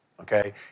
okay